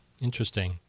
Interesting